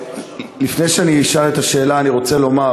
לפני שאני אשאל את השאלה אני רוצה לומר